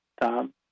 tom